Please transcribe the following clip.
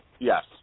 Yes